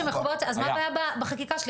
אז מה הבעיה בחקיקה שלי,